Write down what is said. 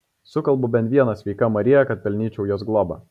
sukalbu bent vieną sveika marija kad pelnyčiau jos globą